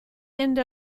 end